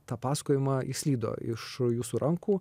tą pasakojimą išslydo iš jūsų rankų